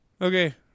okay